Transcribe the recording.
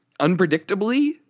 unpredictably